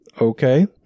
Okay